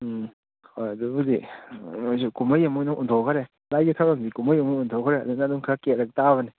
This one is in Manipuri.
ꯎꯝ ꯍꯣꯏ ꯑꯗꯨꯕꯨꯗꯤ ꯃꯣꯏꯁꯨ ꯀꯨꯝꯍꯩ ꯑꯃ ꯑꯣꯏꯅ ꯑꯣꯟꯊꯣꯛꯈꯔꯦ ꯂꯥꯏꯒꯤ ꯊꯕꯛꯅꯤ ꯀꯨꯝꯍꯩ ꯑꯃ ꯑꯣꯟꯊꯣꯛꯈ꯭ꯔꯦ ꯑꯗꯨꯅ ꯑꯗꯨꯝ ꯈꯔ ꯀꯦꯔꯛ ꯇꯥꯕꯅꯤ